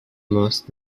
most